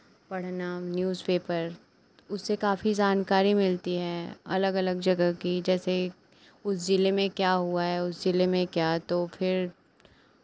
पढ़ना न्यूज़पेपर उससे काफ़ी जानकारी मिलती है अलग अलग जगह की जैसे उस जिले में क्या हुआ है उस जिले में क्या तो फिर